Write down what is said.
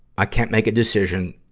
i can't make a decision.